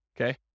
okay